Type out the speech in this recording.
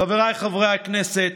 חבריי חברי הכנסת,